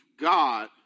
God